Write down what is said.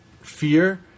fear